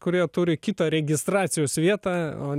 kurie turi kitą registracijos vietą o